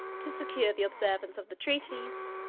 to secure the observance of the treaties,